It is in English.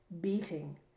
beating